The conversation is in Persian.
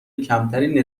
کمتری